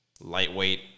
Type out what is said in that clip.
Lightweight